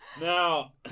Now